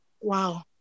wow